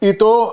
Ito